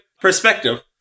perspective